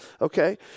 okay